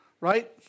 Right